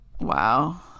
Wow